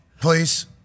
please